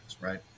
right